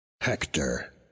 hector